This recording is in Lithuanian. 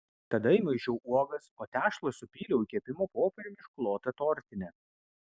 tada įmaišiau uogas o tešlą supyliau į kepimo popieriumi išklotą tortinę